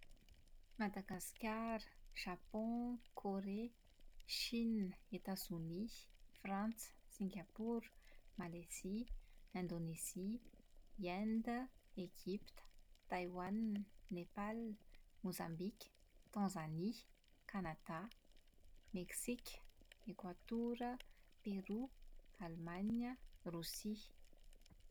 Madagasikara, Japon, Korea, Shina, Etazonia, Frantsa, Singaporo, Malezia, Indonezia, i Inde, Egypta, Taiwan, Nepal, Mozambika, Tanzania, Kanada, Meksika, Ekoatora, Peroa, Alemaina, Rosia.